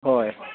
ꯍꯣꯏ